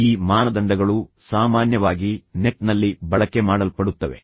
ಈ ಮಾನದಂಡಗಳು ಸಾಮಾನ್ಯವಾಗಿ ನೆಟ್ ನಲ್ಲಿ ಬಳಕೆ ಮಾಡಲ್ಪಡುತ್ತವೆ